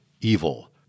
evil